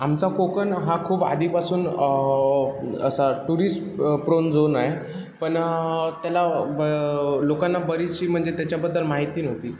आमचा कोकण हा खूप आधीपासून असा टुरिस्ट प्रोन झोन आहे पण त्याला लोकांना बरीचशी म्हणजे त्याच्याबद्दल माहिती नव्हती